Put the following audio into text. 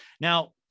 Now